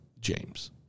James